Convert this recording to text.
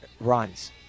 runs